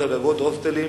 שמאלוב-ברקוביץ.